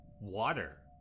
water